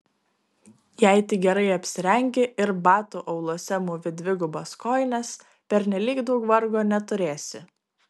jei tik gerai apsirengi ir batų auluose mūvi dvigubas kojines pernelyg daug vargo neturėsi